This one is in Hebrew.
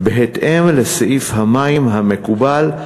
בהתאם לסעיף המים המקובל.